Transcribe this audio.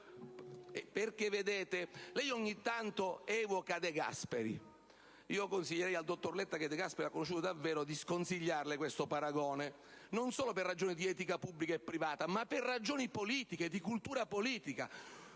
del Consiglio, lei ogni tanto evoca De Gasperi, ma consiglierei al dottor Letta, che De Gasperi l'ha conosciuto davvero, di sconsigliarle questo paragone, non solo per ragioni di etica pubblica e privata, ma per ragioni di cultura politica.